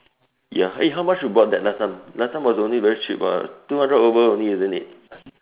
ya eh how much you bought that last time last time was only very cheap [what] two hundred over only isn't it